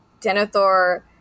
Denethor